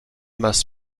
must